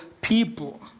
people